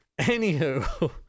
anywho